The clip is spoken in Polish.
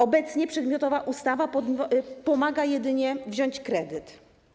Obecnie przedmiotowa ustawa pomaga jedynie wziąć kredyt.